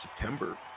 September